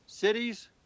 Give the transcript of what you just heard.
cities